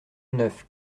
neuf